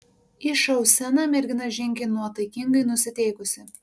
į šou sceną mergina žengė nuotaikingai nusiteikusi